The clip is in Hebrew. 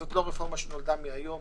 זו לא רפורמה שנולדה מהיום.